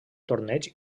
torneig